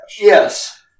yes